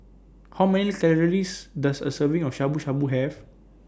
How Many Calories Does A Serving of Shabu Shabu Have